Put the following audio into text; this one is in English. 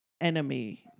enemy